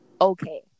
okay